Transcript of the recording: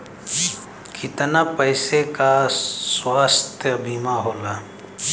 कितना पैसे का स्वास्थ्य बीमा होला?